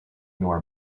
nor